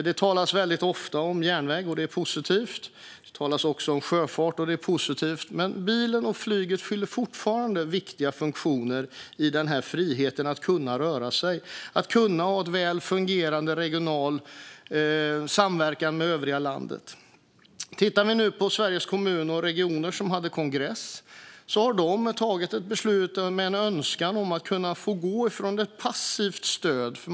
Det talas ofta om järnväg, och det är positivt. Det talas också om sjöfart, och det är positivt. Men bilen och flyget fyller fortfarande viktiga funktioner i friheten att kunna röra sig och att kunna ha en väl fungerande regional samverkan med övriga landet. Sveriges Kommuner och Regioner har på sin kongress fattat ett beslut om en önskan att få gå från ett passivt stöd till ett mer aktivt stöd.